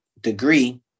degree